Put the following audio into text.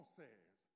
says